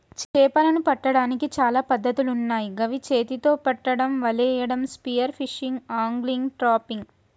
చేపలను పట్టడానికి చాలా పద్ధతులున్నాయ్ గవి చేతితొ పట్టడం, వలేయడం, స్పియర్ ఫిషింగ్, ఆంగ్లిగ్, ట్రాపింగ్